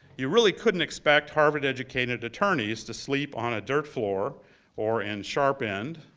you really couldn't expect harvard educated attorneys to sleep on a dirt floor or in sharp end.